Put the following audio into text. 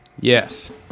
Yes